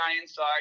inside